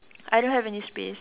I don't have any space